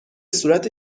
صورت